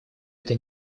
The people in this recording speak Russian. это